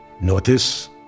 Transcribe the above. Notice